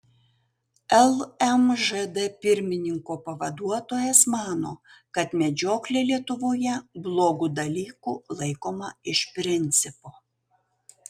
lmžd pirmininko pavaduotojas mano kad medžioklė lietuvoje blogu dalyku laikoma iš principo